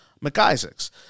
McIsaac's